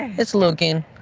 it's looking.